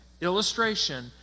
illustration